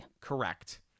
Correct